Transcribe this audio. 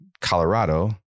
Colorado